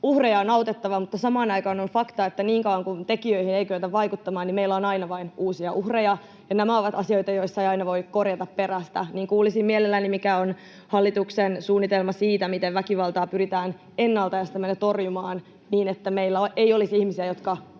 uhreja on autettava, mutta samaan aikaan on fakta, että niin kauan kuin tekijöihin ei kyetä vaikuttamaan, meillä on aina vain uusia uhreja, ja nämä ovat asioita, joissa ei aina voi korjata perästä. Kuulisin mielelläni, mikä on hallituksen suunnitelma siitä, miten väkivaltaa pyritään ennalta estämään ja torjumaan, niin että meillä ei olisi ihmisiä, jotka